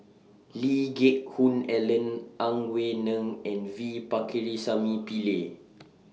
Lee Geck Hoon Ellen Ang Wei Neng and V Pakirisamy Pillai